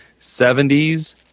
70s